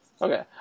Okay